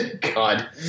God